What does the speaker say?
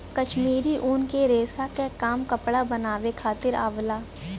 कश्मीरी ऊन के रेसा क काम कपड़ा बनावे खातिर आवला